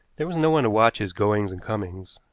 there was no one to watch his goings and comings,